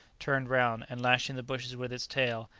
turned round, and lashing the bushes with its tail,